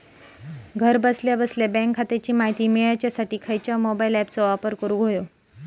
घरा बसल्या बसल्या बँक खात्याची माहिती मिळाच्यासाठी खायच्या मोबाईल ॲपाचो वापर करूक होयो?